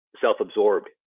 self-absorbed